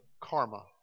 karma